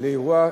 לאירוע